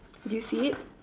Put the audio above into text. do you see it